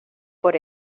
por